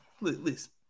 listen